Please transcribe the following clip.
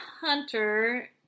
Hunter